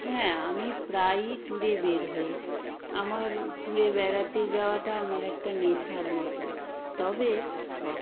হ্যাঁ আমি প্রায়ই ট্যুরে বের হই আমার ট্যুরে বেড়াতে যাওয়াটা আমার একটা নেশার মতো তবে সব